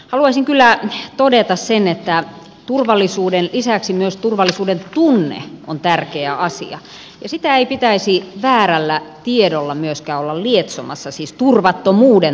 haluaisin kyllä todeta sen että turvallisuuden lisäksi myös turvallisuudentunne on tärkeä asia ja ei pitäisi väärällä tiedolla myöskään olla lietsomassa turvattomuudentunnetta